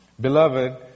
Beloved